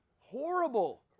Horrible